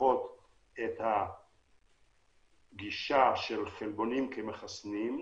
שמפתחות את הגישה של חלבונים כמחסנים,